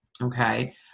Okay